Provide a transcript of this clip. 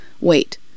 Wait